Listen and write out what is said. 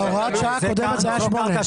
בהוראת שעה הקודמת זה היה שמונה.